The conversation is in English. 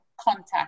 contact